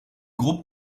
groupe